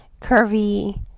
curvy